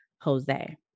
Jose